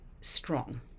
strong